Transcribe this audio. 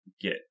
get